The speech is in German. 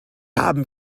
haben